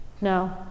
No